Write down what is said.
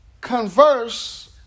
converse